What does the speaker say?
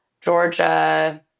Georgia